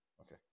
okay